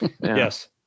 Yes